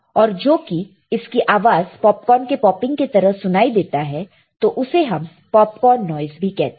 और जो कि इसकी आवाज पॉपकॉर्न के पॉपिंग के तरह सुनाई देता है तो उसे हम पॉपकॉर्न नॉइस भी कहते हैं